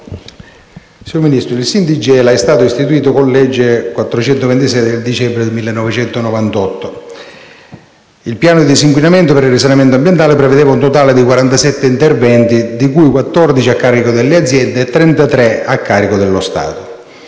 nazionale (SIN) di Gela è stato istituito con la legge n. 426 del dicembre 1998. Il piano di disinquinamento per il risanamento ambientale prevedeva un totale di 47 interventi, di cui 14 a carico delle aziende e 33 a carico dello Stato.